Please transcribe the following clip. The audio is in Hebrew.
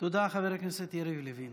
תודה, חבר הכנסת יריב לוין.